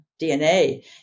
DNA